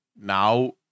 Now